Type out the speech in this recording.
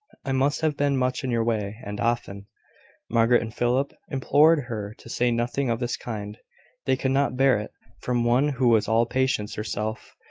i must have been much in your way, and often margaret and philip implored her to say nothing of this kind they could not bear it from one who was all patience herself,